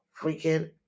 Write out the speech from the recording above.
freaking